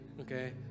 Okay